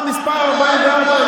עד מס' 44 הגעתם.